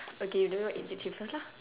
okay you know what irritates say first lah